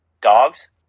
Dogs